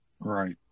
Right